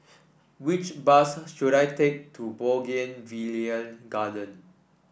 which bus should I take to Bougainvillea Garden